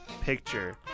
Picture